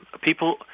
People